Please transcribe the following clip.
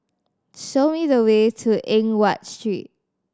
show me the way to Eng Watt Street